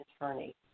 attorney